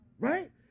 right